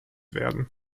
werden